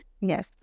Yes